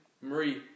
Marie